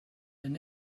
and